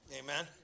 Amen